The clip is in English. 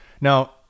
Now